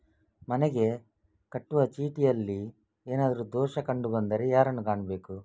ಮನೆಗೆ ಕಟ್ಟುವ ಚೀಟಿಯಲ್ಲಿ ಏನಾದ್ರು ದೋಷ ಕಂಡು ಬಂದರೆ ಯಾರನ್ನು ಕಾಣಬೇಕು?